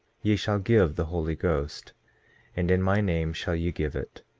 ye shall give the holy ghost and in my name shall ye give it,